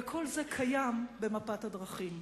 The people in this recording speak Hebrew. וכל זה קיים במפת הדרכים.